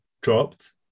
dropped